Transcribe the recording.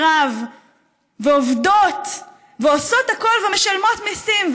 רב ועובדות ועושות הכול ומשלמות מיסים.